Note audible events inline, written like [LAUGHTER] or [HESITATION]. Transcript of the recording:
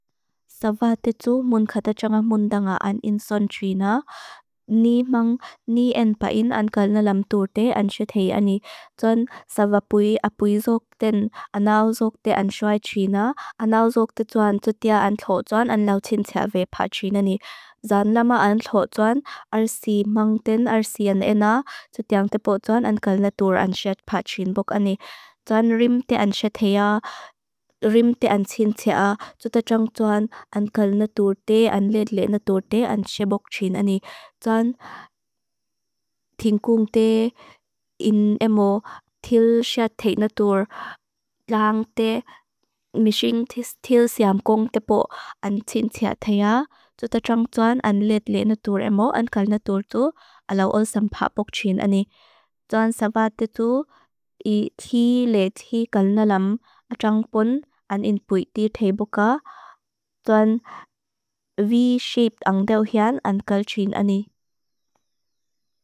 Save te tu mun kata tsa nga mun da nga an in son trina. [HESITATION] Ni mang ni en pa in an kalina lam tur te anshet hea ani. Tsoan save apui, apui zok ten anau zok te anshuai trina. Anau zok te tsoan tsutia an lho tsoan an lau tsin tsa ve pa trina ni. Zan lama an lho tsoan arsi mang ten arsi an ena. Tsutiang te po tsoan an kalina tur anshet pa trin pok ani. Tsoan rim te anshet hea, rim te anshin tsa a. Tsutiang tsoan an kalina tur te, an led lia na tur te anshet pok trin ani. Tsoan tin kung te in emo til sha te na tur, [HESITATION] lang te [HESITATION] mishing til siam kong te po anshin tsa hea. Tsutiang tsoan an led lia na tur emo, an kalina tur tu alau ol zampa pok trin ani. Tsoan sabat te tu [HESITATION] i ti le [HESITATION] ti kalina lam, ajang pon, an in pui ti te poka, tsoan v-shaped ang deo hean, an kal trin ani.